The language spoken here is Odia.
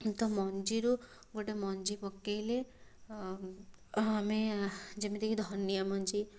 ତ ମଞ୍ଜିରୁ ଗୋଟେ ମଞ୍ଜି ପକେଇଲେ ଆମେ ଯେମିତିକି ଧନିଆ ମଞ୍ଜି